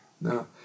No